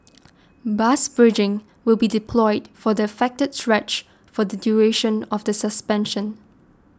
bus bridging will be deployed for the affected stretch for the duration of the suspension